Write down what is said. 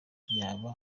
yawe